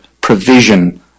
provision